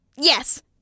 yes